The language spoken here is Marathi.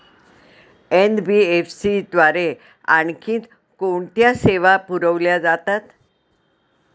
एन.बी.एफ.सी द्वारे आणखी कोणत्या सेवा पुरविल्या जातात?